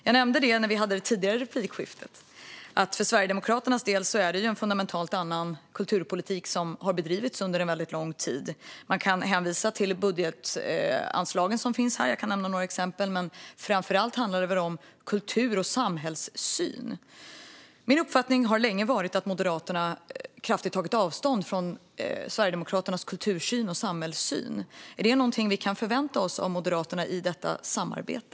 Jag nämnde i det tidigare replikskiftet att det för Sverigedemokraternas del är en fundamentalt annan kulturpolitik som har bedrivits under en väldigt lång tid. Man kan hänvisa till de budgetanslag som finns, och jag kan nämna några exempel, men framför allt handlar det om kultur och samhällssyn. Min uppfattning har länge varit att Moderaterna kraftigt har tagit avstånd från Sverigedemokraternas kultursyn och samhällssyn. Är det någonting vi kan förvänta oss av Moderaterna i detta samarbete?